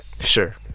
Sure